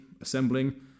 assembling